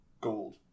Gold